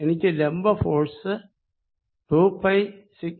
എനിക്ക് ലംബ force 2πσq 4πϵ0